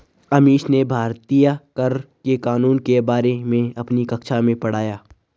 अमीश ने भारतीय कर के कानूनों के बारे में अपनी कक्षा में पढ़ा